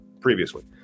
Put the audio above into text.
previously